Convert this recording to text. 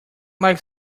like